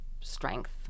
strength